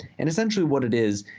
and essentially, what it is,